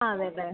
അതെ അല്ലെ